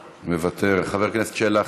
מוותר, חבר הכנסת שלח,